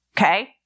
Okay